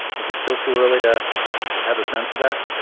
is it still too early to to have a sense of that?